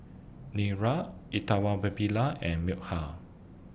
Niraj and Milkha